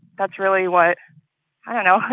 that's really what i don't know,